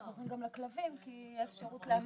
אנחנו עוזרים גם לכלבים כי תהיה אפשרות לאמץ.